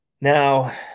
Now